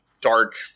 dark